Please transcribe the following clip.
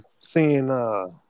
Seeing